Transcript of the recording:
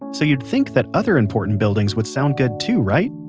so you'd think that other important buildings would sound good too, right?